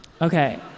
Okay